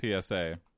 PSA